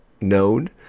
known